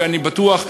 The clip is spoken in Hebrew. ואני בטוח,